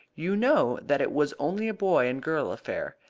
you know that it was only a boy and girl affair.